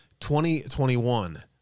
2021